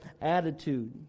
attitude